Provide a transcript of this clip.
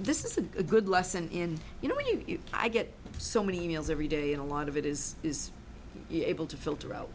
this is a good lesson in you know you i get so many e mails every day and a lot of it is is it will to filter out